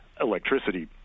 electricity